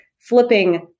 flipping